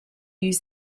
use